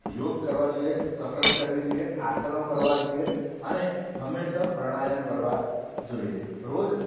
યોગ કરવા જોઈએ કસરત કરવી જોઈએ આસનો કરવા જોઈએ અને હંમેશાં પ્રણાયમ કરવા જોઈએ રોજ